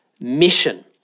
mission